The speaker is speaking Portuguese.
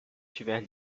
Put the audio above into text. tiver